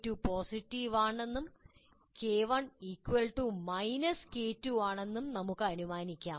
K2 positive ആണെന്നും K1 K2 ആണെന്നും നമുക്ക് അനുമാനിക്കാം